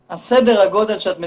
אז סדר הגודל שאת מתארת,